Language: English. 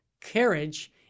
carriage